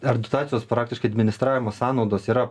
ar dotacijos praktiškai administravimo sąnaudos yra